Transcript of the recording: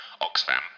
Oxfam